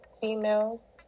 females